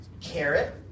carrot